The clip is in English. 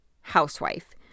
housewife